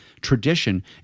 tradition